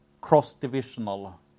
cross-divisional